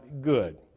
good